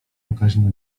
pokaźna